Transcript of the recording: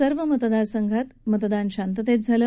सर्व मतदार संघात मतदान शांततेत झालं